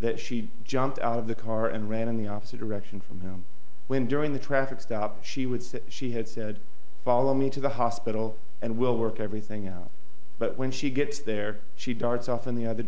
that she jumped out of the car and ran in the opposite direction from him when during the traffic stop she would say she had said follow me to the hospital and we'll work everything out but when she gets there she darts off in the other